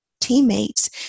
teammates